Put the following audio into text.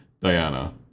Diana